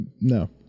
No